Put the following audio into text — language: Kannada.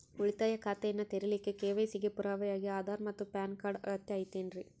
ಉಳಿತಾಯ ಖಾತೆಯನ್ನ ತೆರಿಲಿಕ್ಕೆ ಕೆ.ವೈ.ಸಿ ಗೆ ಪುರಾವೆಯಾಗಿ ಆಧಾರ್ ಮತ್ತು ಪ್ಯಾನ್ ಕಾರ್ಡ್ ಅಗತ್ಯ ಐತೇನ್ರಿ?